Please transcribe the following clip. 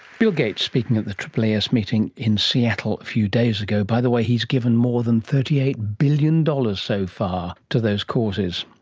bill gates speaking at the aaas meeting in seattle a few days ago. by the way, he has given more than thirty eight billion dollars so far to those causes.